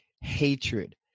hatred